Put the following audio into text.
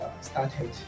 started